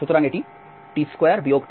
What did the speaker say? সুতরাং এটি t2 t2